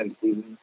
season